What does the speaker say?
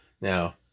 Now